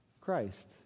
Christ